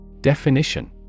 Definition